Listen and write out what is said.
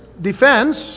defense